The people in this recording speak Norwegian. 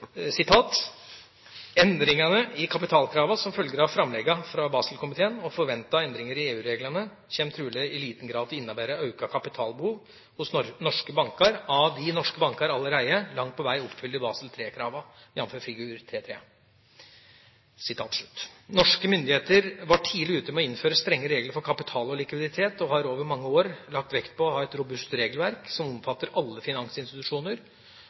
i kapitalkrava som følgjer av framlegga frå Baselkomiteen og forventa endringar i EU-reglane, kjem truleg i liten grad til å innebera auka kapitalbehov hos norske bankar av di norske bankar allereie langt på veg oppfyller Basel III-krava, jf. figur 3.3.» Norske myndigheter var tidlig ute med å innføre strenge regler for kapital og likviditet og har over mange år lagt vekt på å ha et robust regelverk som omfatter alle